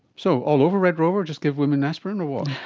so, all over red rover? just give women aspirin? or what?